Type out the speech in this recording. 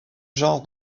genre